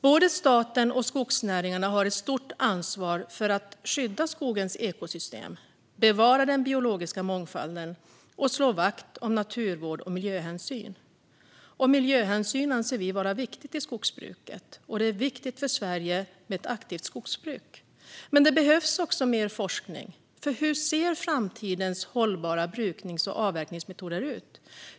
Både staten och skogsnäringarna har ett stort ansvar för att skydda skogens ekosystem, bevara den biologiska mångfalden och slå vakt om naturvård och miljöhänsyn. Miljöhänsyn anser vi vara viktigt inom skogsbruket. Det är viktigt för Sverige med ett aktivt skogsbruk. Men det behövs också mer forskning. Hur ser framtidens hållbara bruknings och avverkningsmetoder ut?